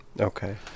Okay